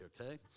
okay